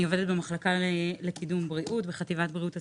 אני עובדת במחלקה לקידום בריאות בחטיבת בריאות הציבור.